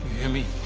hear me?